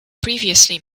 previously